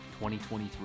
2023